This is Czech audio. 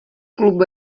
klub